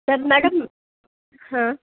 तर मॅडम